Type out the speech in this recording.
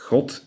God